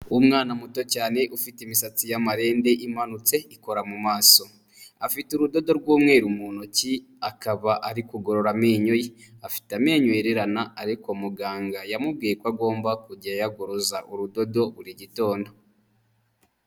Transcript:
Umwana muto cyane ufite imisatsi y'amarenndi imanutse ikora mu maso afite urudodo rw'umweruru mu ntoki akaba ari kugorora amenyo ye afite amenyo yererana ariko muganga yamubwiye ko agomba kujya ayagoroza urudodo buri gitondo.